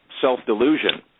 self-delusion